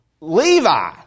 Levi